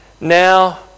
Now